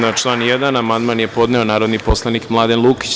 Na član 1. amandman je podneo narodni poslanik Mladen Lukić.